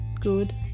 Good